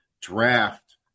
draft